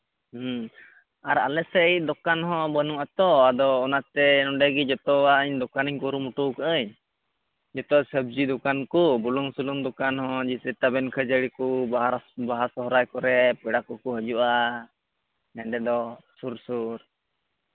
ᱦᱮᱸ ᱟᱨ ᱟᱞᱮ ᱥᱫ ᱫᱚᱠᱟᱱ ᱦᱚᱸ ᱵᱟᱹᱱᱩᱜᱼᱟᱛᱚ ᱟᱫᱚ ᱚᱱᱟᱛᱮ ᱱᱚᱰᱮ ᱜᱮ ᱡᱚᱛᱚᱣᱟᱜ ᱫᱚᱠᱟᱱᱟᱧ ᱠᱩᱨᱩᱢᱩᱴᱩ ᱟᱠᱟᱜᱼᱟᱹᱧ ᱡᱚᱛᱚ ᱥᱚᱵᱽᱡᱤ ᱫᱚᱠᱟᱱ ᱠᱚ ᱵᱩᱞᱩᱝ ᱥᱩᱱᱩᱢ ᱫᱚᱠᱟᱱ ᱦᱚᱸ ᱡᱮᱥᱮ ᱛᱟᱵᱮᱱ ᱠᱷᱟᱹᱡᱟᱹᱲᱤ ᱠᱚ ᱵᱟᱦᱟ ᱥᱚᱦᱨᱟᱭ ᱠᱚᱨᱮᱫ ᱯᱮᱲᱟ ᱠᱚ ᱠᱚ ᱦᱤᱡᱩᱜᱼᱟ ᱱᱚᱰᱮ ᱫᱚ ᱥᱩᱨᱼᱥᱩᱨ